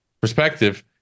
perspective